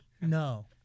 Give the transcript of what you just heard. no